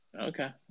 Okay